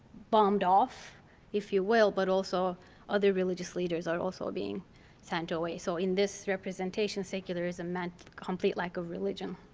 bummed off if you will, but also other religious leaders are also being sent away. so in this representation, secularism meant complete lack of religion.